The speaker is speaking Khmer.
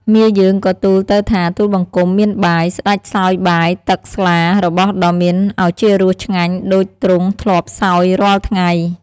មាយើងក៏ទូលទៅថាទូលបង្គំមានបាយ ស្តេចសោយបាយ ទឹក ស្លា របស់ដ៏មានឱជារសឆ្ងាញ់ដូចទ្រង់ធ្លាប់សោយរាល់ថ្ងៃ។